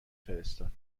فرستاد